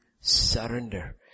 surrender